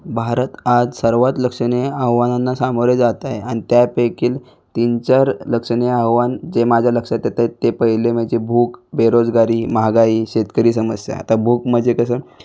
भारत आज सर्वात लक्षणीय आव्हानांना सामोरे जात आहे त्यापेकील तीन चार लक्षणीय आव्हान जे माझ्या लक्षात येत आहेत ते पहिले मजे भूक बेरोजगारी महागाई शेतकरी समस्या आता भूक मजे कसं